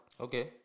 Okay